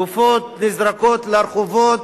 גופות נזרקות לרחובות,